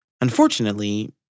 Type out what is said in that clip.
Unfortunately